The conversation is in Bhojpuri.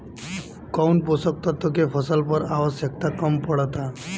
कौन पोषक तत्व के फसल पर आवशयक्ता कम पड़ता?